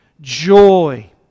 Joy